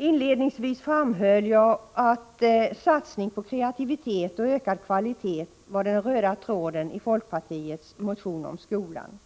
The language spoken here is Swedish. Inledningsvis framhöll jag att satsning på kreativitet och ökad kvalitet var den röda tråden i folkpartiets motion om skolan.